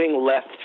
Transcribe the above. Left